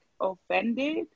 offended